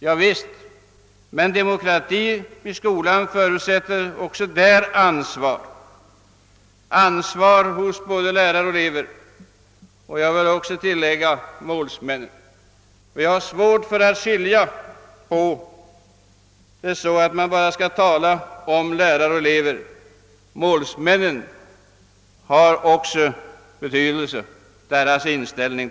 Javisst, men demokrati i skolan förutsätter också ansvar — ansvar hos våra lärare och elever och, det vill jag tillägga, hos målsmännen. Jag har svårt att inse att man endast skall tala om lärare och elever. Målsmännens inställning till skolan har också betydelse.